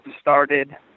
started